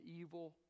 evil